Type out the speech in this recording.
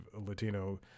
Latino